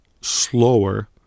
slower